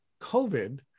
COVID